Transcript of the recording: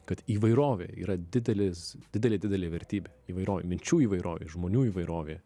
kad įvairovė yra didelis didelė didelė vertybė įvairovė minčių įvairovė žmonių įvairovė